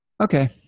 okay